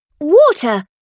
water